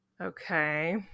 Okay